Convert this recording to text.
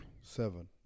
Seven